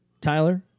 tyler